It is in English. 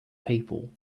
people